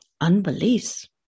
unbeliefs